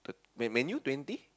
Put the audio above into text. Man Man-U twenty